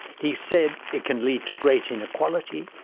he said it can lead to great inequality,